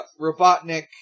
Robotnik